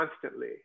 constantly